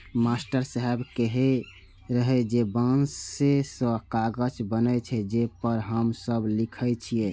master साहेब कहै रहै जे बांसे सं कागज बनै छै, जे पर हम सब लिखै छियै